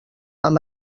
amb